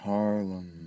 Harlem